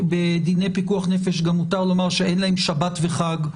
בדיני פיקוח נפש גם מותר לומר שאין להם שבת וחג.